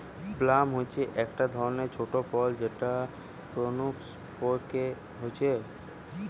plum হচ্ছে একটা ধরণের ছোট ফল যেটা প্রুনস পেকে হচ্ছে